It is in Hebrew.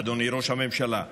אדוני ראש הממשלה,